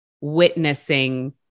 witnessing